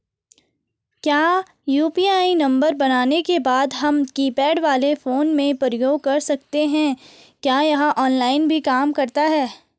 क्या UPI number बनाने के बाद हम कीपैड वाले फोन में प्रयोग कर सकते हैं क्या यह ऑफ़लाइन भी काम करता है?